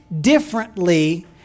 differently